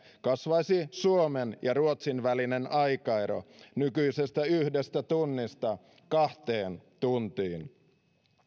kasvaisi suomen ja ruotsin välinen aikaero nykyisestä yhdestä tunnista kahteen tuntiin